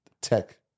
tech